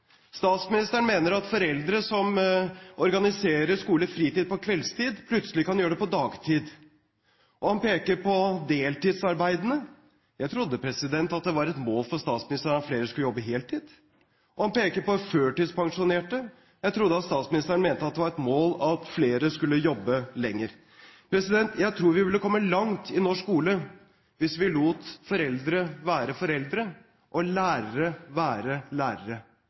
Statsministeren mener at foreldre som organiserer skolefritid på kveldstid, plutselig kan gjøre det på dagtid. Og han peker på deltidsarbeidende. Jeg trodde at det var et mål for statsministeren at flere skulle jobbe heltid. Og han peker på førtidspensjonerte. Jeg trodde at statsministeren mente at det var et mål at flere skulle jobbe lenger. Jeg tror vi ville komme langt i norsk skole hvis vi lot foreldre være foreldre og lærere være lærere.